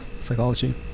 psychology